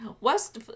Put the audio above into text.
West